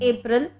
April